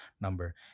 number